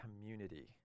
community